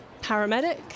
paramedic